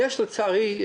יש, לצערי,